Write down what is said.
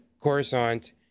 Coruscant